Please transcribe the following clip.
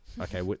okay